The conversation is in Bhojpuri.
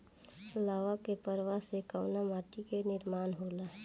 लावा क प्रवाह से कउना माटी क निर्माण होला?